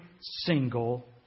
single